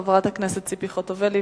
חברת הכנסת ציפי חוטובלי,